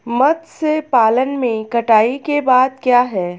मत्स्य पालन में कटाई के बाद क्या है?